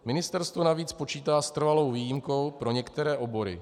Ministerstvo navíc počítá s trvalou výjimkou pro některé obory.